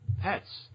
pets